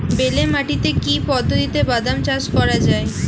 বেলে মাটিতে কি পদ্ধতিতে বাদাম চাষ করা যায়?